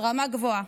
רמה גבוהה,